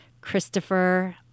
Christopher